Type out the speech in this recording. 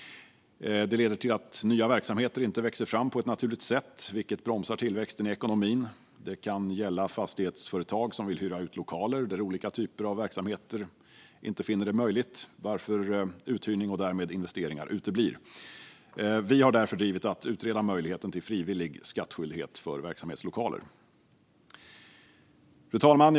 Det leder till att nya verksamheter inte växer fram på ett naturligt sätt, vilket bromsar tillväxten i ekonomin. Det kan gälla fastighetsföretag som vill hyra ut lokaler där olika typer av verksamheter inte finner det möjligt, varför uthyrning och därmed investeringar uteblir. Vi har därför drivit att man ska utreda möjligheten till frivillig skattskyldighet när det gäller verksamhetslokaler. Fru talman!